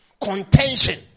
contention